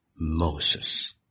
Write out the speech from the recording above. Moses